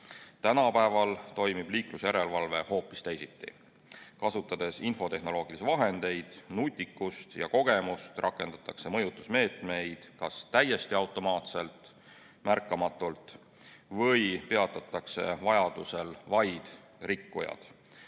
Tänapäeval toimib liiklusjärelevalve hoopis teisiti. Kasutatakse infotehnoloogilisi vahendeid, nutikust ja kogemust, rakendatakse mõjutusmeetmeid kas täiesti automaatselt, märkamatult või peatatakse vajadusel vaid rikkujad,